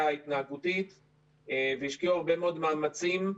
התנהגותית והשקיעו הרבה מאוד מאמצים.